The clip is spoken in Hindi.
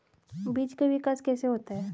बीज का विकास कैसे होता है?